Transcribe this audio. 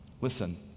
Listen